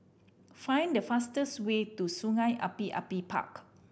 find the fastest way to Sungei Api Api Park